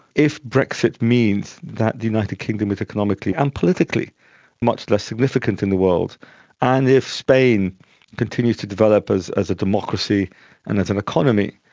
if brexit means that the united kingdom is economically and politically much less significant in the world and if spain continues to develop as as a democracy and as an economy,